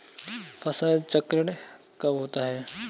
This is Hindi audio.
फसल चक्रण कब होता है?